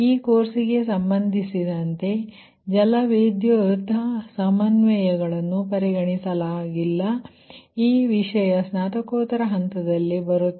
ಈ ಕೋರ್ಸ್ಗೆ ಸಂಬದಿಸಿದಂತೆ ಜಲವಿದ್ಯುತ್ ಸಮನ್ವಯವನ್ನು ಪರಿಗಣಿಸಲಾಗಿಲ್ಲ ಈ ವಿಷಯ ಸ್ನಾತಕೋತ್ತರ ಹಂತದಲ್ಲಿ ಬರುತ್ತದೆ